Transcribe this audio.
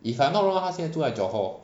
if I'm not wrong 他现在住在 johor